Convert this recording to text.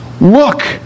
Look